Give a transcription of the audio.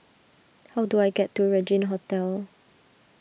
how do I get to Regin Hotel